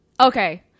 Okay